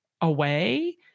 away